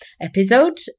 episode